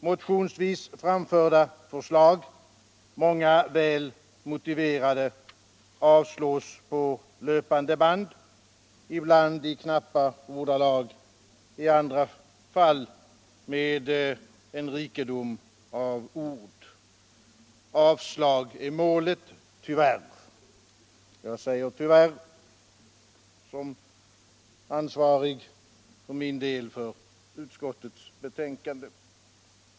Motionsvis framförda förslag, många väl motiverade, avstyrks på löpande band — ibland i knappa ordalag, i andra fall med en rikedom av ord. Avslag är målet, tyvärr — jag säger syvärr som medansvarig för utskouets betänkande.